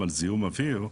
על זיהום אוויר,